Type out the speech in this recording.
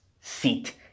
seat